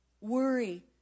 Worry